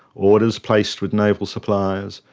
orders placed with naval suppliers,